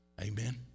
Amen